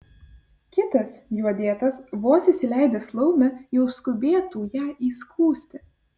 kitas juo dėtas vos įsileidęs laumę jau skubėtų ją įskųsti